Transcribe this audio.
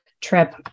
trip